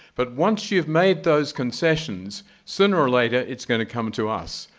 but once you've made those concessions, sooner or later it's gonna come to us.